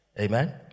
Amen